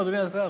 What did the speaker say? אדוני השר.